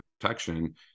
protection